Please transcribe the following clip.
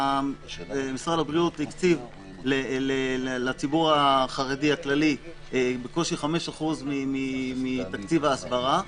משרד הבריאות הקציב לציבור החרדי הכללי בקושי 5% מתקציב ההסברה,